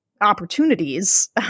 opportunities